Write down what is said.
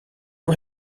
não